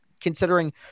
considering